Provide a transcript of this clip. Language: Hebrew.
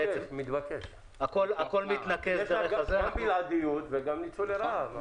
גם בלעדיות וגם ניצול לרעה.